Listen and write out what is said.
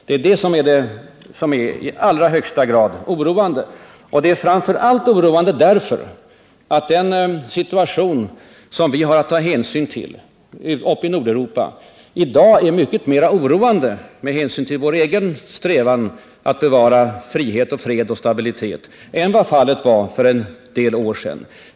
Det är detta som är i allra högsta grad oroande, och det är oroande framför allt därför att den situation som vi har att ta hänsyn till i Nordeuropa i dag är mycket mera bekymmersam med hänsyn till vår egen strävan att bevara frihet och fred och stabilitet än vad fallet var för en del år sedan.